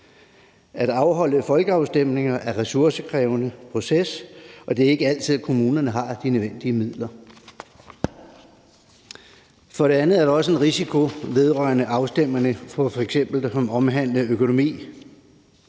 At afholde folkeafstemninger er en ressourcekrævende proces, og det er ikke altid, kommunerne har de nødvendige midler. For det andet er der også en risiko vedrørende afstemningerne, f.eks. omhandlende økonomi.